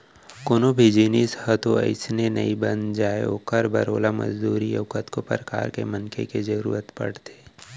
कोनो भी जिनिस ह तो अइसने नइ बन जाय ओखर बर ओला मजदूरी अउ कतको परकार के मनखे के जरुरत परथे